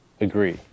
agree